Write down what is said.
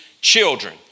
children